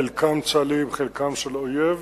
חלקם צה"ליים חלקם של אויב,